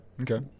okay